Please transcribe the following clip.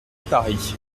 paris